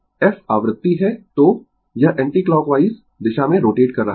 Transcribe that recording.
F आवृत्ति है तो यह एंटीक्लॉकवाइज दिशा में रोटेट कर रहा है